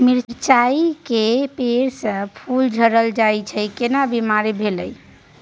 मिर्चाय के पेड़ स फूल झरल जाय छै केना बीमारी भेलई?